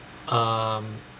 um